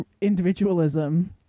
individualism